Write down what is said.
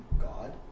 God